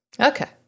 Okay